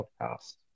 podcast